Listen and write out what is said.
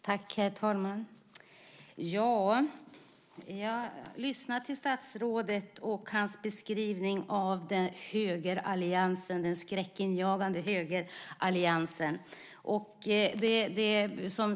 Herr talman! Jag lyssnade på statsrådets beskrivning av högeralliansen, den skräckinjagande högeralliansen.